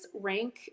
rank